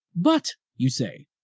but, you say,